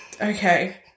Okay